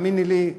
תאמיני לי.